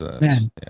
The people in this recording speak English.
Man